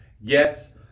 yes